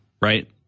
Right